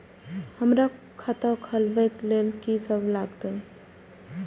हमरा खाता खुलाबक लेल की सब लागतै?